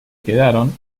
quedaron